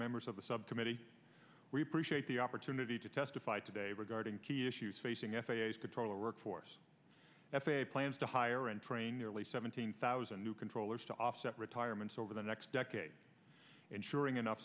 members of the subcommittee we preach hate the opportunity to testify today regarding key issues facing f a s controller workforce f a a plans to hire and train nearly seventeen thousand new controllers to offset retirements over the next decade ensuring enough